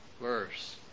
verse